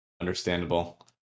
understandable